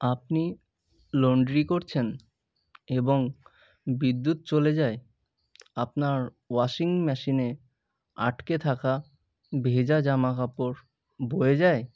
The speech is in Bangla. আপনি লন্ড্রি করছেন এবং বিদ্যুৎ চলে যায় আপনার ওয়াশিং মেশিনে আটকে থাকা ভেজা জামা কাপড় বয়ে যায়